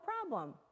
problem